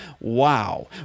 Wow